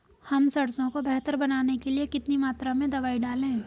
हम सरसों को बेहतर बनाने के लिए कितनी मात्रा में दवाई डालें?